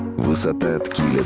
was the